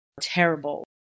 terrible